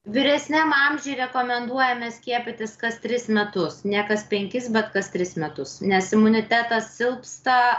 vyresniam amžiuj rekomenduojame skiepytis kas tris metus ne kas penkis bet kas tris metus nes imunitetas silpsta